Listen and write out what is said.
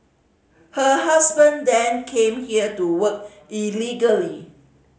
her husband then came here to work illegally